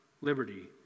liberty